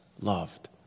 loved